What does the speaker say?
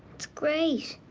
it's great.